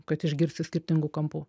kad išgirsti skirtingų kampų